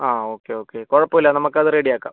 ആ okay okay കുഴപ്പം ഇല്ല നമുക്ക് അത് റെഡിയാക്കാം